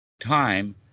time